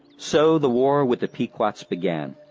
so, the war with the pequot's began.